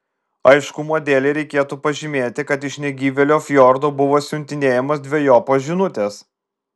aiškumo dėlei reikėtų pažymėti kad iš negyvėlio fjordo buvo siuntinėjamos dvejopos žinutės